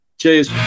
Cheers